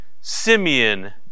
Simeon